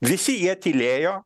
visi jie tylėjo